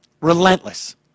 Relentless